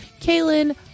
Kaylin